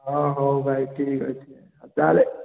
ହଁ ହଉ ଭାଇ ଠିକ୍ ଅଛି ତା'ହେଲେ